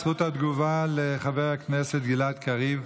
זכות התגובה לחבר הכנסת גלעד קריב.